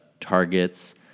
targets